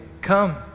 come